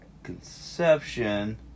conception